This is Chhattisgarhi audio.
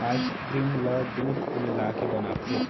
आइसकीरिम ल दूद मिलाके बनाथे